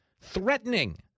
Threatening